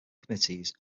committees